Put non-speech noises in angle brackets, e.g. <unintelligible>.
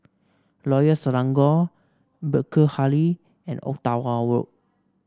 Royal Selangor Burkill <unintelligible> and Ottawa Road